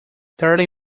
thirty